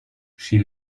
she